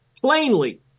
plainly